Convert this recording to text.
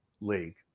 league